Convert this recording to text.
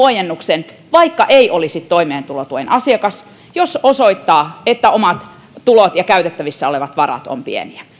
huojennuksen vaikka ei olisi toimeentulotuen asiakas jos osoittaa että omat tulot ja käytettävissä olevat varat ovat pieniä